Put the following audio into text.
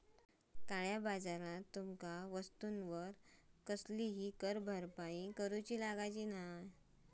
काळया बाजारात तुमका वस्तूवर कसलीही कर भरपाई करूची नसता